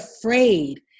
afraid